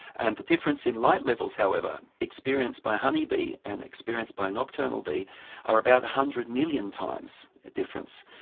and the difference in light levels however experienced by a honey bee and experienced by a nocturnal bee are about one hundred million times difference.